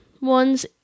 ones